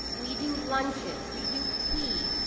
we do lunches, we do tea.